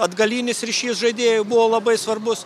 atgalinis ryšys žaidėjų buvo labai svarbus